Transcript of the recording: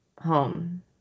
home